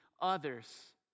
others